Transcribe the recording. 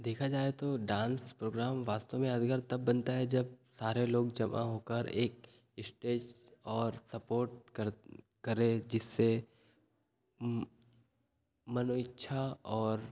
देखा जाए तो डांस प्रोग्राम वास्तव में यादगार तब बनता है जब सारे लोग जमा होकर एक स्टेज और सपोर्ट कर करें जिससे मनो इच्छा और